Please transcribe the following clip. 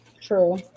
True